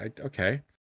Okay